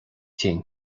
déan